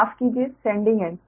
माफ कीजिये sending and